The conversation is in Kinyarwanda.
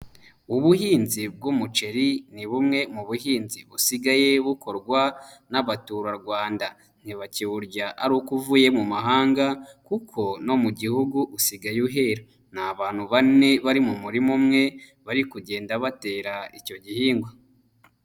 Ubuhinzi bw'umuceri, ni bumwe mu buhinzi busigaye bukorwa n'abaturarwanda, ntibakiburya ari uko uvuye mu mahanga, kuko no mu gihugu usigaye uhera, ni abantu bane bari mu murima umwe, bari kugenda batera icyo gihingwa.